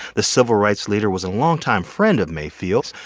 the civil rights leader was a longtime friend of mayfield's,